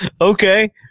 Okay